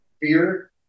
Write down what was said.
fear